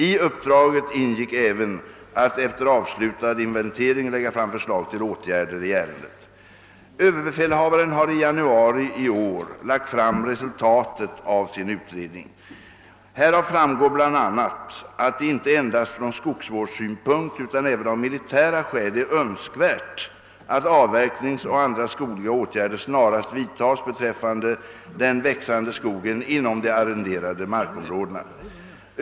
I uppdraget in gick även att efter avslutad inventering lägga fram förslag till åtgärder i ärendet. Överbefälhavaren har i januari detta år lagt fram resultatet av sin utredning. Härav framgår bl.a. att det inte endast från skogsvårdssynpunkt utan även av militära skäl är önskvärt att avverkningsoch andra skogliga åtgärder snarast vidtas beträffande den växande skogen inom de arrenderade markområdena.